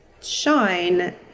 shine